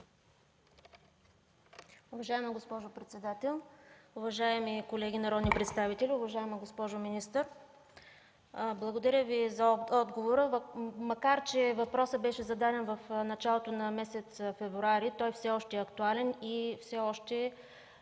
Уважаема госпожо председател, уважаеми колеги народни представители! Уважаема госпожо министър, благодаря за отговора. Макар че въпросът беше зададен в началото на месец февруари, той все още е актуален и все още